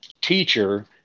teacher